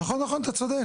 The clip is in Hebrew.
נכון, נכון, אתה צודק.